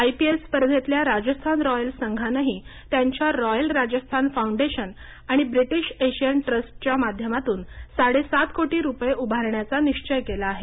IPL स्पर्धेतल्या Rajasthan Royals संघानंही त्यांच्या रॉयल राजस्थान फौंडेशन आणि ब्रिटीश एशियन ट्रस्टच्या माध्यमातून साडे सात कोटी रुपये उभारण्याचा निश्चय केला आहे